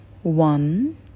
One